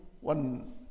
one